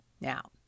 Now